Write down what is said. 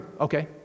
Okay